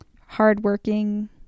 hardworking